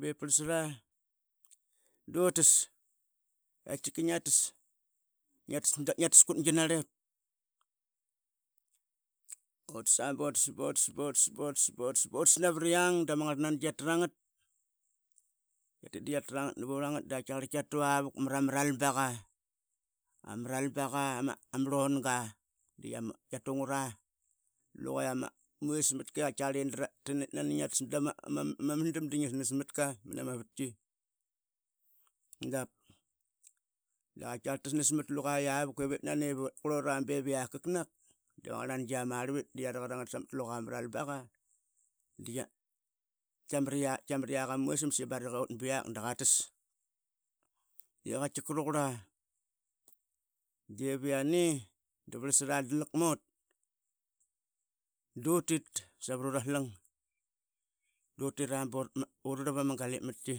bie prlasat, tkikingia tas, ngiatas qut ginarep, utas a butas butas butas butas butas butas navriang, dama ngarnangi tatrangat nar vurangaritk dakatkiar tkiatu avak mara maralbaka, ama ralbaka ama rlorga, tkia tungara luqa iama vismatka, katkiakar nani ngia tas dama masdam dingia snas matka mana ma vatki tap. Da katkiakar tasnas mat luqaiavak itnani qua iak kanak dama ngarnanga tkia marlvit dia rak arangaritk samat luqa ma ralbaqa tkia maviaqam ama visam da qa tas, di katkika ranqur. Di viare davalsra dlakmot dutit savru rarlang, dutira burarlap ura galip matki.